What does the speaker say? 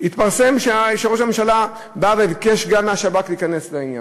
התפרסם שראש הממשלה בא וביקש גם מהשב"כ להיכנס לעניין.